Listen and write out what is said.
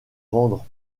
vendre